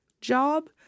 job